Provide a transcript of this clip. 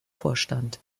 vorstand